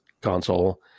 console